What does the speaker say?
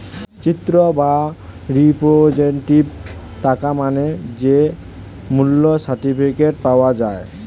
চিত্রিত বা রিপ্রেজেন্টেটিভ টাকা মানে যে মূল্য সার্টিফিকেট পাওয়া যায়